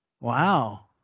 Wow